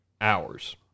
hours